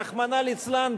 רחמנא ליצלן,